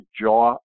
jaw